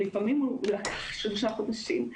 לפעמים לקח שלושה חודשים,